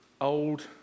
old